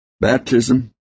Baptism